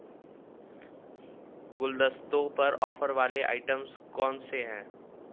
गुलदस्तों पर ऑफ़र वाले आइटम्स कौन से हैं